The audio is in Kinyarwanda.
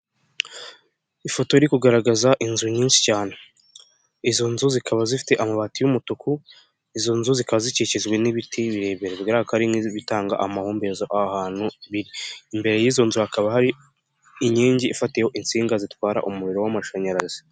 Ifoto iri kugaragaza inzu nyinshi cyane. Izo nzu zikaba zifite amabati y'umutuku, izo nzu ziba zikikijwe n'ibiti birebireka ari nk'ibitanga amahumbe ahantu biri. Imbere y'izo nzu hakaba hari inkingi ifatiyeho insinga zitwara umuriro w'amashanyarazi.